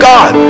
God